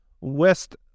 West